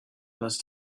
must